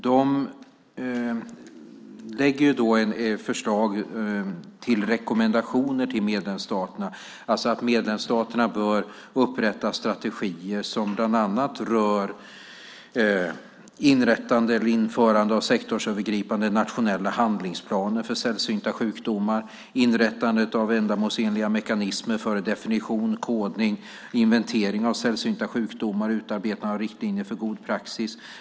De lägger alltså fram förslag till rekommendationer till medlemsstaterna som alltså bör upprätta strategier som bland annat rör inrättande eller införande av sektorsövergripande nationella handlingsplaner för sällsynta sjukdomar, inrättandet av ändamålsenliga mekanismer för definition, kodning och inventering av sällsynta sjukdomar och utarbetande av riktlinjer för god praxis.